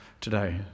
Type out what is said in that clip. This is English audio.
today